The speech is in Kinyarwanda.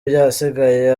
byasigaye